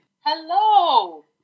Hello